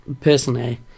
personally